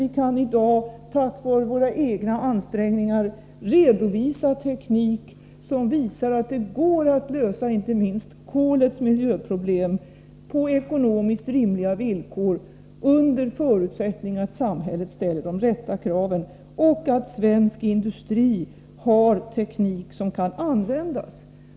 Vi kan i dag tack vare våra egna ansträngningar redovisa teknik som visar att det när det gäller kolet går att lösa inte minst miljöproblemen på ekonomiskt rimliga villkor, under förutsättning att samhället ställer de rätta kraven och att svensk industri har teknik som kan användas.